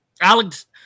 Alex